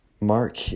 Mark